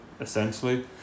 essentially